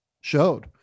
showed